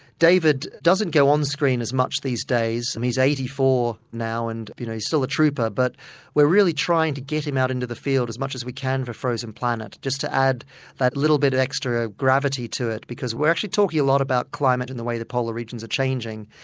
david doesn't go on screen as much these days, he's eighty four now and you know he is still a trouper but we're really trying to get him out into the field as much as we can for frozen planet just to add that little bit extra gravity to it because we're actually talking a lot about climate and the way the polar regions are changing.